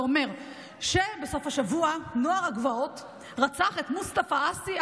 ואומר שבסוף השבוע נוער הגבעות רצח את מוסטפא עאסי,